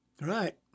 Right